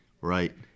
right